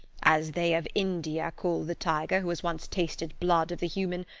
as they of india call the tiger who has once tasted blood of the human,